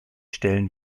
stellen